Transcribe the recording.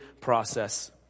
process